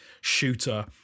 shooter